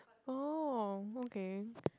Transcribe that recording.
oh okay